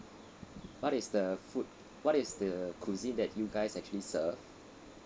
what is the food what is the cuisine that you guys actually serve